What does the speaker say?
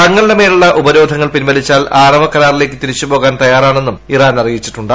തങ്ങളുടെ മേലുള്ള ഉപരോധ്ങ്ങൾ പിൻവലിച്ചാൽ ആണവ കരാറിലേക്ക് തിരിച്ചു പോകാൻ തയ്യാറാണെന്നും ഇറാൻ അറിയിച്ചിട്ടുണ്ട്